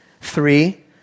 three